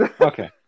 okay